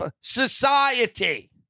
society